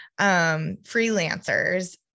freelancers